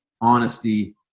honesty